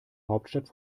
hauptstadt